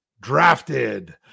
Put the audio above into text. drafted